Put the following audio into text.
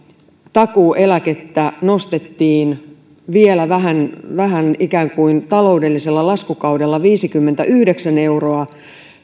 takuueläkettä nostettiin vielä vähän vähän ikään kuin taloudellisella laskukaudella viisikymmentäyhdeksän euroa